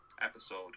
episode